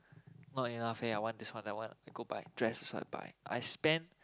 not enough eh I want this one that one I go buy dress also I buy I spend